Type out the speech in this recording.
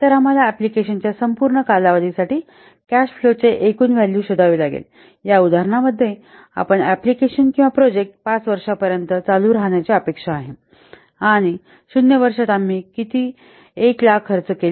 तर आम्हाला अँप्लिकेशनच्या संपूर्ण कालावधीसाठी कॅश फ्लो चे एकूण व्हॅल्यूशोधावे लागेल या उदाहरणामध्ये आपण अँप्लिकेशन किंवा प्रोजेक्ट 5 वर्षांपर्यंत चालू राहण्याची अपेक्षा आहे आणि 0 वर्षात आम्ही किती 100000 खर्च केले